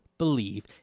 believe